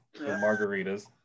margaritas